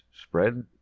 spread